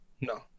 no